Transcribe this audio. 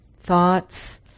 thoughts